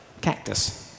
cactus